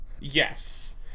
yes